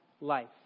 life